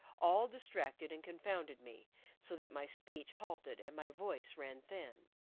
all distracted and confounded me so that my speech halted and my voice ran thin.